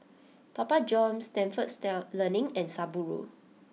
Papa Johns Stalford Learning and Subaru